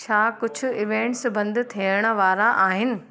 छा कुझु इवेंट्स बंदि थियण वारा आहिनि